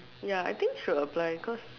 ya I think should apply cause